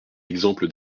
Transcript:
exemple